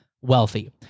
wealthy